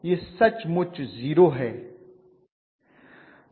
यह सचमुच जीरो है